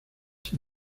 sin